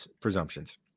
presumptions